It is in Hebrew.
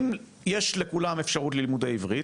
אם יש לכולם אפשרות ללימודי עברית,